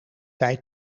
tijd